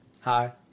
Hi